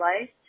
life